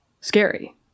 scary